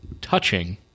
touching